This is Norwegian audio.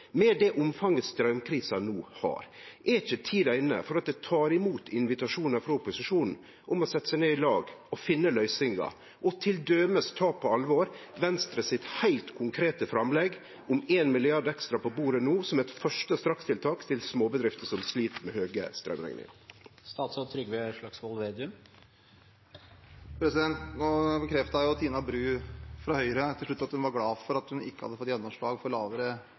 Med det omfanget straumkrisa no har, er ikkje tida inne for å ta imot invitasjonar frå opposisjonen om å setje seg ned i lag og finne løysingar, og til dømes ta på alvor Venstres heilt konkrete framlegg om 1 mrd. kr ekstra på bordet no som eit første strakstiltak til småbedrifter som slit med høge straumrekningar? Nå bekreftet Tina Bru fra Høyre til slutt at hun var glad for at hun ikke hadde fått gjennomslag for lavere avgifter, for det